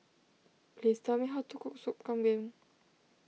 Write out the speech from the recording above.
please tell me how to cook Soup Kambing